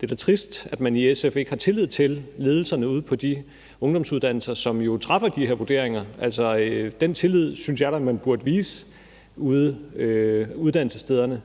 da er trist, at man i SF ikke har tillid til ledelserne ude på de ungdomsuddannelser, som jo foretager de her vurderinger. Den tillid synes jeg da at man burde vise uddannelsesstederne,